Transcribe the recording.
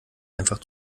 einfach